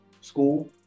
school